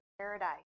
paradise